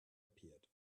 appeared